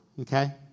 okay